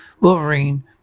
Wolverine